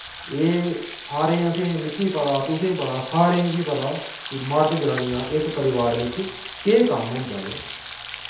एह् सारें असें मिकी पता तुसें पता सारें गी पता कि मर्द जनानियां इक परिवार बिच्च केह् कम्म होंदा ऐ